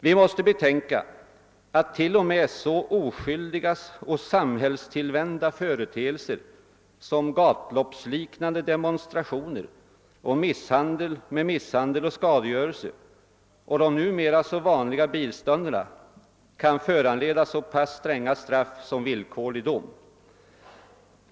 Vi måste betänka att t.o.m. så oskyldiga och samhällstillvända företee'ser som gatloppsliknande demonstrationer med misshandel och skadegörelse och de numera så vanliga bilstiölderna kan föranleda så pass stränga straff som villkorlig dom.